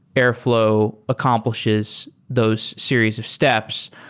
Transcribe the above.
airfl ow accomplishes those series of steps.